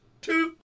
two